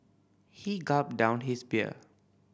he gulped down his beer